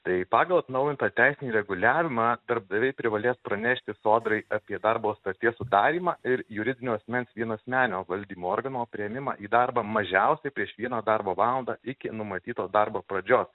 tai pagal atnaujintą teisinį reguliavimą darbdaviai privalės pranešti sodrai apie darbo sutarties sudarymą ir juridinio asmens vienasmenio valdymo organo priėmimą į darbą mažiausiai prieš vieną darbo valandą iki numatytos darbo pradžios